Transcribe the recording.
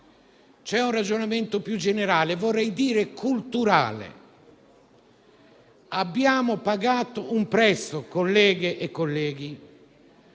un ragionamento più generale, vorrei dire culturale. Abbiamo pagato un prezzo, colleghe e colleghi,